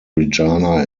regina